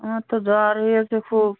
আমার তো জ্বর হয়েছে খুব